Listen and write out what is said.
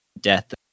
death